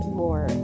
more